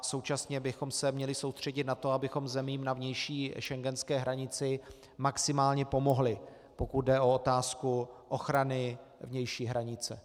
Současně bychom se měli soustředit na to, abychom zemím na vnější schengenské hranici maximálně pomohli, pokud jde o otázku ochrany vnější hranice.